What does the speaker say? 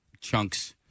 chunks